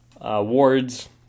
awards